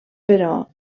però